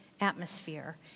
atmosphere